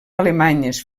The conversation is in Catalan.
alemanyes